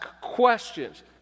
questions